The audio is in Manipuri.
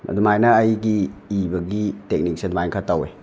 ꯑꯗꯨꯃꯥꯏꯅ ꯑꯩꯒꯤ ꯏꯕꯒꯤ ꯇꯦꯛꯅꯤꯛꯁꯦ ꯑꯗꯨꯃꯥꯏ ꯈꯔꯥ ꯇꯧꯋꯤ